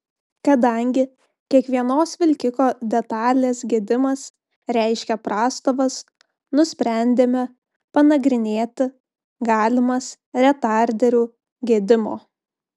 kadangi kiekvienos vilkiko detalės gedimas reiškia prastovas nusprendėme panagrinėti galimas retarderių gedimo